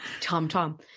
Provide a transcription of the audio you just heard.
Tom-Tom